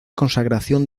consagración